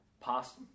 Past